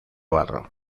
barro